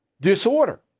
disorder